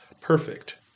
perfect